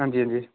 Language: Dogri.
हां जी हां जी